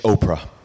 Oprah